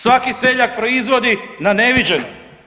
Svaki seljak proizvodi na neviđeno.